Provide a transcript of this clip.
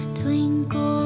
twinkle